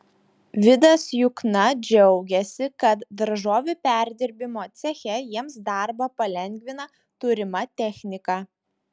vidas jukna džiaugiasi kad daržovių perdirbimo ceche jiems darbą palengvina turima technika